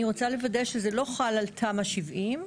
אני רוצה לוודא שזה לא חל על תמ"א 70,